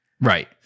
right